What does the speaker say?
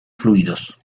fluidos